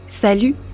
Salut